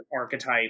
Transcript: archetype